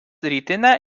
rytinę